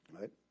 right